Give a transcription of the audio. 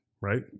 Right